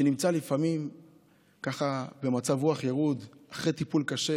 שנמצא לפעמים במצב רוח ירוד, אחרי טיפול קשה.